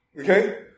okay